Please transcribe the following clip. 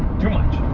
too much!